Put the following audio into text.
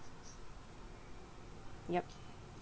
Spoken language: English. yup